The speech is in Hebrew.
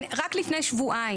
צודק.